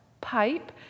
pipe